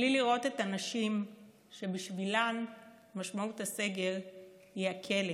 בלי לראות את הנשים שבשבילן משמעות הסגר היא כלא,